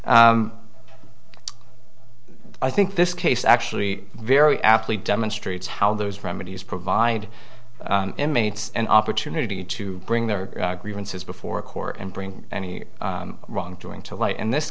i think this case actually very aptly demonstrates how those remedies provide inmates an opportunity to bring their grievances before a court and bring any wrongdoing to light in this